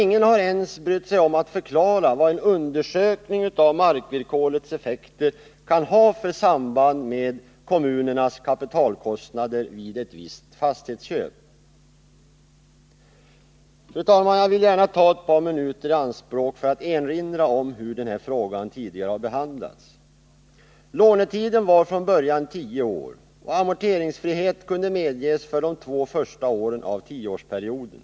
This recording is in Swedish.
Ingen har ens brytt sig om att förklara vad en undersökning av markvillkorets effekter kan ha för samband med kommunernas kapitalkostnader vid ett visst fastighetsköp. Fru talman! Jag vill gärna ta ett par minuter i anspråk för att erinra om hur denna fråga tidigare har behandlats. Lånetiden var från början tio år, och amorteringsfrihet kunde medges för de två första åren av tioårsperioden.